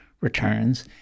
returns